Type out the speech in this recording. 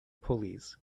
pulleys